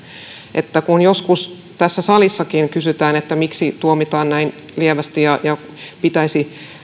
kun joskus tässä salissakin kysytään miksi tuomitaan näin lievästi ja ja sanotaan että